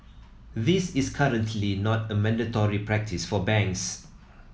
this is currently not a mandatory practice for banks